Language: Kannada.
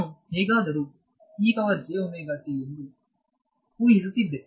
ನಾನು ಹೇಗಾದರೂ ಎಂದು ಊಹಿಸುತ್ತಿದ್ದೆ